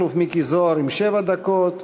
מכלוף מיקי זוהר עם שבע דקות,